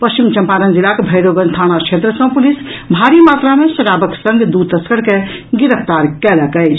पश्चिम चंपारण जिलाक भैरोगंज थाना क्षेत्र सँ पुलिस भारी मात्रा में शराबक संग दू तस्कर के गिरफ्तार कयलक अछि